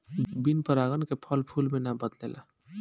बिन परागन के फूल फल मे ना बदलेला